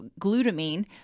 glutamine